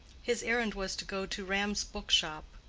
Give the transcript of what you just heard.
his errand was to go to ram's book-shop,